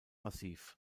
massiv